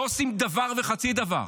לא עושים דבר וחצי דבר.